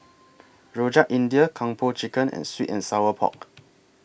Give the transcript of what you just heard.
Rojak India Kung Po Chicken and Sweet and Sour Pork